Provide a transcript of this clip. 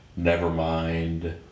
nevermind